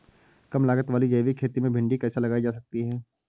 कम लागत वाली जैविक खेती में भिंडी कैसे लगाई जा सकती है?